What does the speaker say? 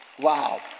Wow